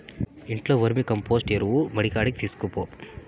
ఇంట్లో వర్మీకంపోస్టు ఎరువు మడికాడికి తీస్కపో